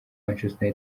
manchester